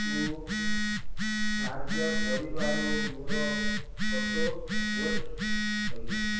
କୁ ସାହାଯ୍ୟ କରିବାରୁ ମୋର ଫଟୋ ପୋଷ୍ଟ ହୋଇଛି